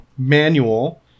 manual